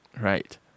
Right